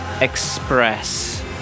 express